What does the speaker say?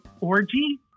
Orgy